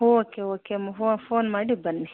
okay okay ಮ phone ಮಾಡಿ ಬನ್ನಿ